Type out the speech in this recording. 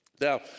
Now